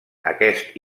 aquest